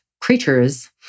creatures